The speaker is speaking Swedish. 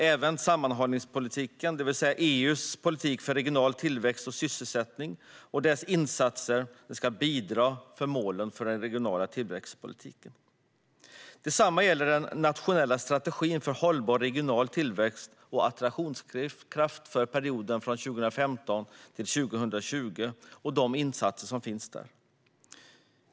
Även sammanhållningspolitiken, det vill säga EU:s politik för regional tillväxt och sysselsättning, och dess insatser ska bidra till målet för den regionala tillväxtpolitiken. Detsamma gäller den nationella strategin för hållbar regional tillväxt och attraktionskraft för perioden 2015-2020 och insatserna för den.